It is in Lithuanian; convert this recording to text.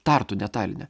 tartu ne taline